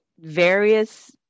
various